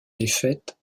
défaite